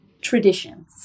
Traditions